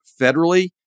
federally